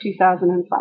2005